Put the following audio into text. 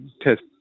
test